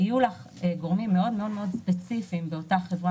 יהיו גורמים מאוד מאוד ספציפיים באותה חברה